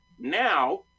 now